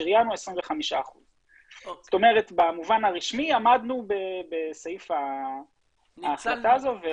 שריינו 25%. זאת אומרת במובן הרשמי עמדנו בסעיף ההחלטה הזו.